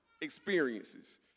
experiences